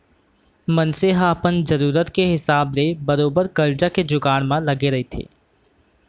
मनसे ह अपन जरुरत के हिसाब ले बरोबर करजा के जुगाड़ म लगे रहिथे